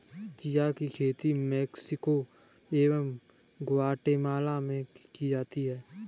chia की खेती Mexico एवं ग्वाटेमाला में की जाती है